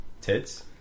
tits